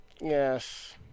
Yes